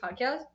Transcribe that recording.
podcast